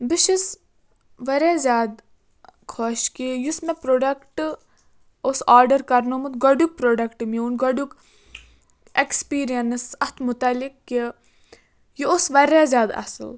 بہٕ چھَس واریاہ زیادٕ خۄش کہِ یُس مےٚ پرٛوڈَکٹہٕ اوٗس آرڈَر کَرنوٗومُت گۄڈٕنیُک پرٛوڈَکٹہٕ میوٗن گۄڈٕنیُک ایٚکٕسپیٖریَنٕس اَتھ مُتعلِق کہِ یہِ اوٗس واریاہ زیادٕ اصٕل